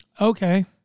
okay